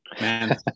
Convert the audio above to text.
Man